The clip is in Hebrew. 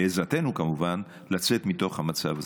בעזרתנו כמובן, לצאת מתוך המצב הזה.